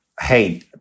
hey